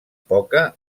poca